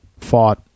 fought